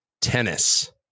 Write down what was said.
tennis